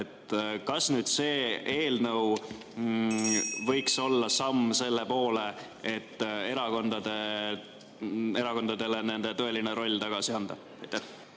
Kas see eelnõu võiks olla samm selle poole, et erakondadele nende tõeline roll tagasi anda?